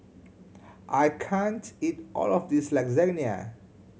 I can't eat all of this Lasagne